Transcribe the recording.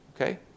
Okay